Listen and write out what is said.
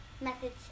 methods